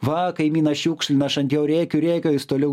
va kaimynas šiukšlina aš ant jo rėkiu rėkiu o jis toliau